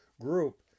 group